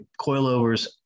coilovers